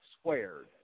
squared